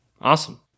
awesome